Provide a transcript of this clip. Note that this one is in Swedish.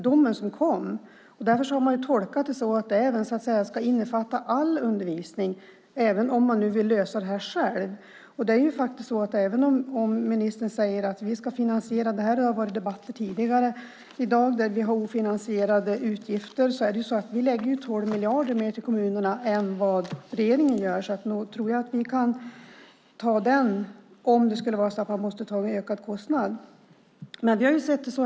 De har tolkat det så att detta ska innefatta all undervisning, även om man vill lösa det själv. Ministern säger att vi ska finansiera detta, och det har även förts debatter tidigare här i dag där vi har ofinansierade utgifter. Vi lägger 12 miljarder mer till kommunerna än vad regeringen gör, så nog tror jag att vi kan ta detta om det blir en ökad kostnad.